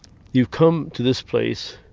you've come to this place